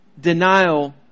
denial